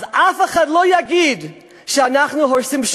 אז אף אחד לא יגיד שאנחנו הורסים.